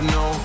no